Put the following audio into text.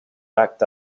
backed